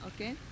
okay